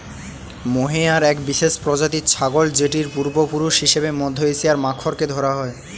mohair এক বিশেষ প্রজাতির ছাগল যেটির পূর্বপুরুষ হিসেবে মধ্য এশিয়ার মাখরকে ধরা হয়